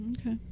Okay